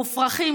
מופרכים,